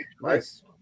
nice